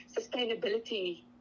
sustainability